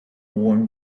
warm